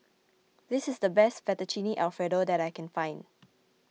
this is the best Fettuccine Alfredo that I can find